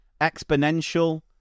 Exponential